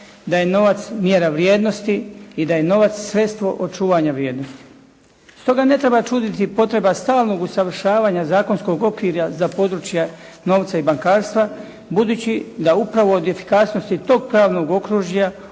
da je novac mjera vrijednosti i da je novac sredstvo očuvanja vrijednosti. Stoga ne treba čuditi potreba stalnog usavršavanja zakonskog okvira za područja novca i bankarstva budući da upravo od efikasnosti tog pravnog okružja